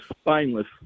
spineless